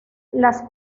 las